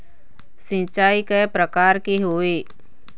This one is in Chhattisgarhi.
सिचाई कय प्रकार के होये?